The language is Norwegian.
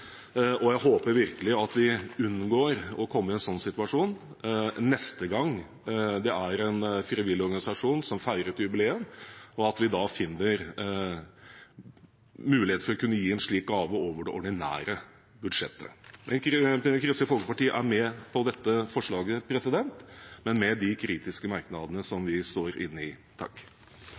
og jeg håper virkelig at vi unngår å komme i en sånn situasjon neste gang det er en frivillig organisasjon som feirer et jubileum, og at vi da finner mulighet til å kunne gi en slik gave over det ordinære budsjettet. Kristelig Folkeparti er med på dette forslaget, men med de kritiske merknadene som vi står inne i.